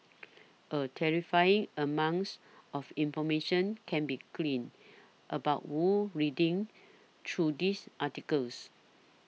a terrifying amounts of information can be gleaned about Wu reading through these articles